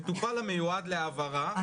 מטופל המיועד להעברה,